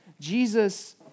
Jesus